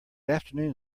afternoon